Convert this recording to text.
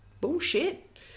bullshit